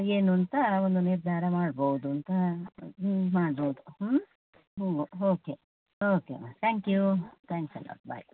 ಏನು ಅಂತ ಒಂದು ನಿರ್ಧಾರ ಮಾಡ್ಬಹುದು ಅಂತ ಹ್ಞೂ ಮಾಡ್ಬಹುದು ಹ್ಞೂ ಹ್ಞೂ okay okay thank you thanks a lot bye